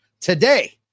today